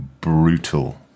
brutal